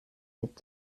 wird